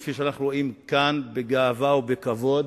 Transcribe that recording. כפי שאנחנו רואים כאן בגאווה ובכבוד,